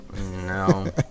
No